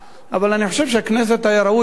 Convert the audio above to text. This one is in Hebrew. אבל אני חושב שהיה ראוי כי הכנסת,